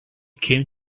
came